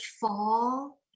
fall